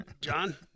John